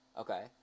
Okay